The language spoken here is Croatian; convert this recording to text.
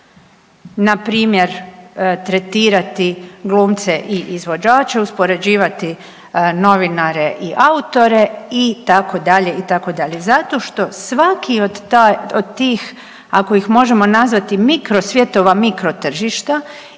npr. tretirati glumce i izvođače, uspoređivati novinare i autor itd., itd., zato što svaki od tih ako ih možemo nazvati mikrosvjetova mikrotržišta